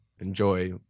enjoy